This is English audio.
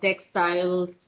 textiles